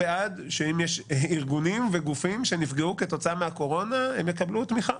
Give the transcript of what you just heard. בעד שארגונים וגופים שנפגעו כתוצאה מהקורונה יקבלו תמיכה.